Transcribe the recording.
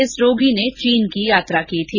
इस रोगी ने चीन की यात्रा की थी